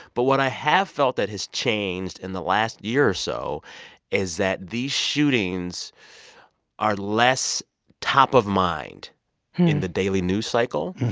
but what i have felt that has changed in the last year or so is that these shootings are less top of mind in the daily news cycle.